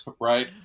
right